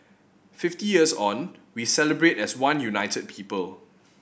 fifty years on we celebrate as one united people